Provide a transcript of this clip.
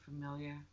familiar